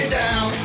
down